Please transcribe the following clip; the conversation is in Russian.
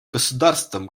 государствам